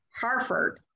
harford